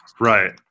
right